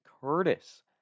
Curtis